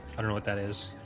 i don't know what that is.